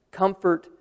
comfort